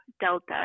Delta